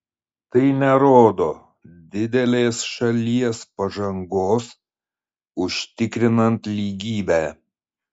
tai nerodo didelės šalies pažangos užtikrinant lygybę